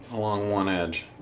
along one edge,